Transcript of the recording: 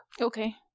Okay